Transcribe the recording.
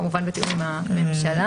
כמובן בתיאום עם הממשלה.